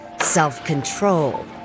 self-control